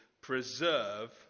preserve